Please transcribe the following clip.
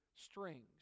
strings